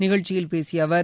நிகழ்ச்சியில் பேசிய அவர்